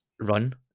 run